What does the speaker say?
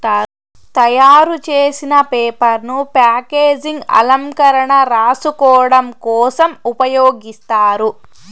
తయారు చేసిన పేపర్ ను ప్యాకేజింగ్, అలంకరణ, రాసుకోడం కోసం ఉపయోగిస్తారు